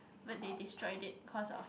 but they destroyed it cause of